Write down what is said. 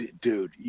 dude